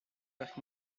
parc